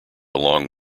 along